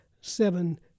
seven